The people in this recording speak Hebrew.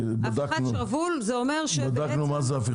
לא.